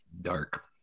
dark